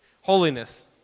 Holiness